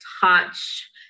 touch